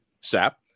Sap